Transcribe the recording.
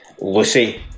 Lucy